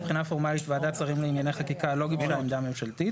מבחינה פורמלית ועדת שרים לענייני חקיקה לא גיבשה עמדה ממשלתית,